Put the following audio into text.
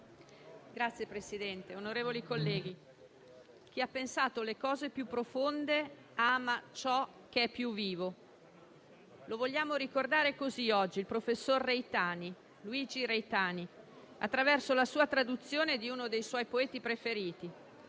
Signor Presidente, onorevoli colleghi: chi ha pensato le cose più profonde ama ciò che è più vivo. Oggi lo vogliamo ricordare così il professor Luigi Reitani, attraverso la traduzione di uno dei suoi poeti preferiti;